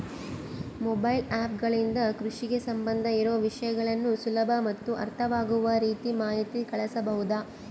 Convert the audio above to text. Mobile app ಗಳಿಂದ ಕೃಷಿಗೆ ಸಂಬಂಧ ಇರೊ ವಿಷಯಗಳನ್ನು ಸುಲಭ ಮತ್ತು ಅರ್ಥವಾಗುವ ರೇತಿ ಮಾಹಿತಿ ಕಳಿಸಬಹುದಾ?